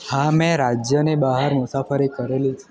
હા મેં રાજ્યની બહાર મુસાફરી કરેલી છે